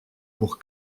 pour